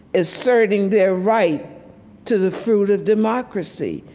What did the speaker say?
asserting their right to the fruit of democracy,